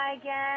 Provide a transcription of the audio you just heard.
again